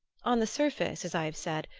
on the surface, as i have said,